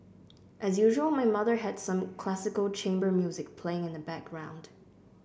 as usual my mother had some classical chamber music playing in the background